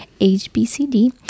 HBCD